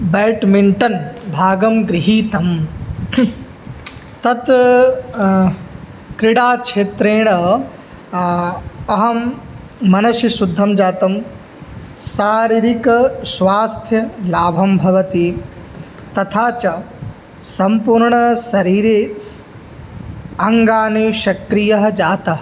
badminton भागं गृहीतं तत् क्रीडाक्षेत्रेण अहं मनसि शुद्धं जातं शारीरिकस्वास्थ्यलाभं भवति तथा च सम्पूर्णशरीरे अङ्गानि सक्रियः जातः